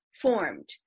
formed